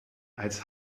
als